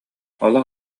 олох